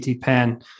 pen